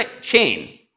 chain